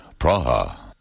Praha